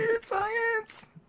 science